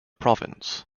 province